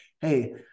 hey